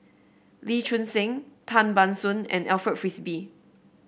Lee Choon Seng Tan Ban Soon and Alfred Frisby